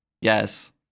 Yes